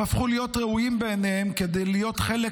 הם הפכו להיות ראויים בעיניהם כדי להיות חלק